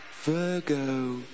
Virgo